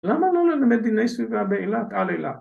‫למה לא ללמד דיני סביבה באילת, על אילת?